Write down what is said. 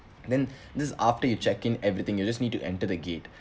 then this after you check in everything you just need to enter the gate